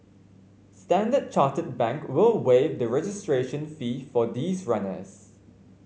Standard Chartered Bank will waive the registration fee for these runners